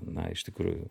na iš tikrųjų